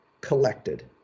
collected